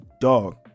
dog